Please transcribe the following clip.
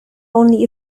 only